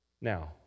Now